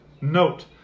note